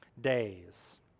days